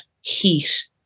heat